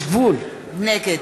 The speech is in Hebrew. נגד